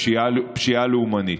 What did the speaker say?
פשיעה לאומנית.